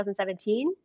2017